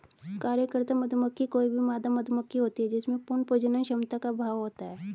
कार्यकर्ता मधुमक्खी कोई भी मादा मधुमक्खी होती है जिसमें पूर्ण प्रजनन क्षमता का अभाव होता है